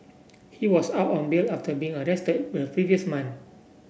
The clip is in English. he was out on bail after being arrested the previous month